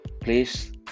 Please